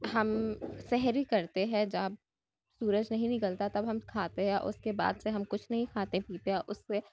ہم سحری کرتے ہیں جب سورج نہیں نکلتا تب ہم کھاتے ہیں اس کے بعد سے ہم کچھ نہیں کھاتے پیتے اور اس سے